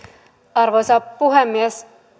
arvoisa puhemies